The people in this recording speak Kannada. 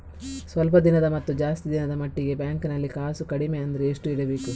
ಸ್ವಲ್ಪ ದಿನದ ಮತ್ತು ಜಾಸ್ತಿ ದಿನದ ಮಟ್ಟಿಗೆ ಬ್ಯಾಂಕ್ ನಲ್ಲಿ ಕಾಸು ಕಡಿಮೆ ಅಂದ್ರೆ ಎಷ್ಟು ಇಡಬೇಕು?